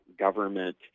government